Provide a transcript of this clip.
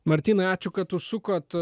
martynai ačiū kad užsukot